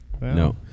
No